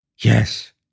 Yes